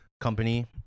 Company